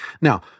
Now